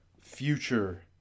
future